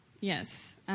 Yes